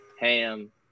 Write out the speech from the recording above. ham